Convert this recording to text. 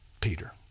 Peter